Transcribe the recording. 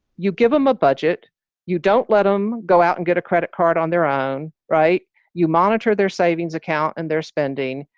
you give them a budget you don't let them go out and get a credit card on their own. right you monitor their savings account and their spending.